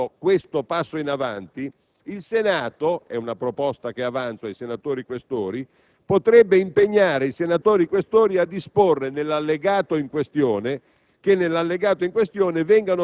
Per rendere più significativo questo passo avanti, il Senato - è la proposta che avanzo ai senatori Questori - potrebbe impegnare questi ultimi a disporre che, nell'allegato in questione,